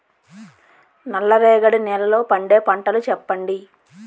నల్ల రేగడి నెలలో పండే పంటలు చెప్పండి?